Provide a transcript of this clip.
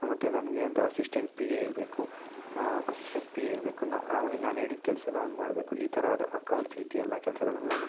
ಮತ್ತು ನನಗೆ ಅಂತ ಅಸಿಸ್ಟೆಂಟ್ ಪಿ ಎ ಮತ್ತು ಅಸಿಸ್ಟೆಂಟ್ ಪಿ ಎ ಮತ್ತು ನಾ ಅವ್ನು ನಾನು ಹೇಳಿದ ಕೆಲಸ ಎಲ್ಲ ಅವ್ನು ಮಾಡಬೇಕು ಈ ಥರವಾದ ಅಕೌಂಟ್ಸ್ ರೀತಿ ಎಲ್ಲ ಕೆಲಸಗಳನ್ನು ನಾನು